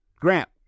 Grant